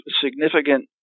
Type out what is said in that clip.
significant